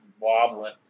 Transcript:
wobbling